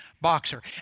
boxer